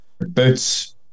boots